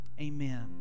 Amen